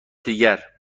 دیگر